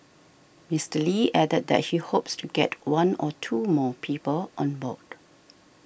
Mister Lee added that he hopes to get one or two more people on board